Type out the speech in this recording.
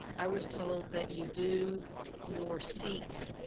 i was told that you do your seats,